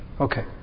Okay